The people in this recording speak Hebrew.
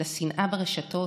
לשנאה ברשתות,